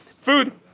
Food